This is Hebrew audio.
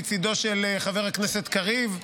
מצידו של חבר הכנסת קריב,